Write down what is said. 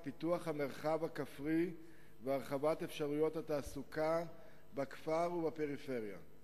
פיתוח המרחב הכפרי והרחבת אפשרויות התעסוקה בכפר ובפריפריה,